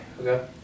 Okay